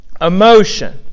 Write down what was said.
emotion